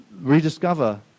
rediscover